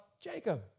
Jacob